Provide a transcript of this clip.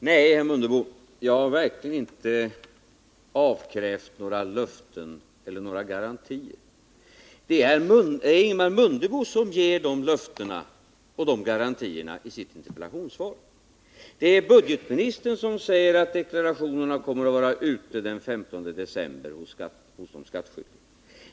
Herr talman! Nej, jag har verkligen inte avkrävt Ingemar Mundebo några löften eller garantier — det är Ingemar Mundebo som ger de löftena och garantierna i sitt interpellationssvar. Det är budgetministern som säger att deklarationerna kommer att vara ute hos de skattskyldiga den 15 december.